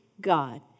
God